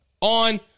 on